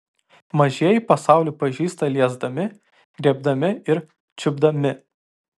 mažieji pasaulį pažįsta liesdami griebdami ir čiupdami